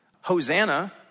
Hosanna